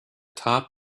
top